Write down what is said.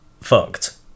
fucked